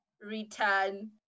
return